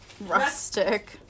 Rustic